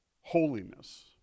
holiness